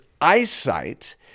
eyesight